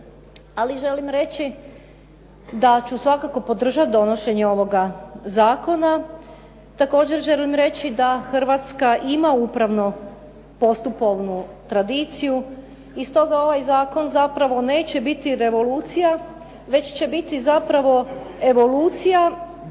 Ali želim reći da ću svakako podržati donošenje ovoga zakona. Također želim reći da Hrvatska ima upravno postupovnu tradiciju i stoga ovaj zakon zapravo neće biti revolucija, već će biti zapravo evolucija